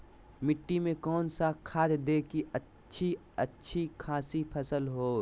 मिट्टी में कौन सा खाद दे की अच्छी अच्छी खासी फसल हो?